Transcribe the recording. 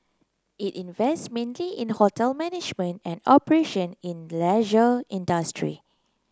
it invests mainly in hotel management and operation in the leisure industry